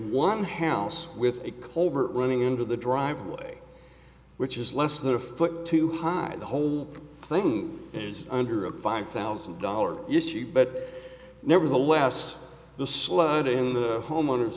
one house with a colbert running into the driveway which is less than a foot to hide the whole thing is under a five thousand dollars issue but nevertheless the sludge in the homeowners